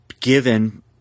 given